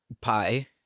Pie